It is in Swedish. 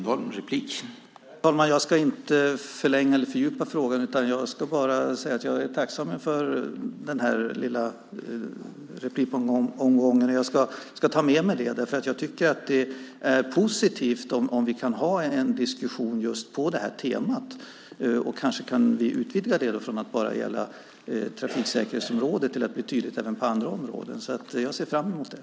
Herr talman! Jag ska inte förlänga eller fördjupa frågan. Jag ska bara säga att jag är tacksam för denna lilla replikomgång, och jag ska ta med mig svaret. Det är positivt om vi kan ha en diskussion på detta tema och kanske utvidga det från att bara gälla trafiksäkerhetsområdet till att bli tydligt även på andra områden. Jag ser fram emot det.